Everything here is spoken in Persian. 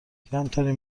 کمترین